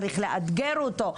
צריך לאתגר אותו,